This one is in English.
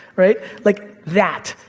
right? like that.